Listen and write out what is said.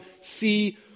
see